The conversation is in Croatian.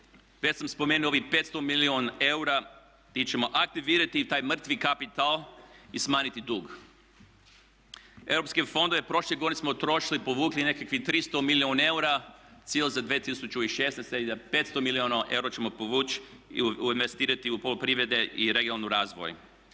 Već sam spomenuo ovih 500 milijuna eura gdje ćemo aktivirati taj mrtvi kapital i smanjiti dug. U europskim fondovima prošle godine smo utrošili i povukli nekakvih 300 milijuna eura, cilj za 2016. je 500 milijuna eura koje ćemo povući i investirati u poljoprivredu i regionalni razvoj.